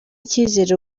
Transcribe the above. icyizere